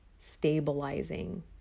stabilizing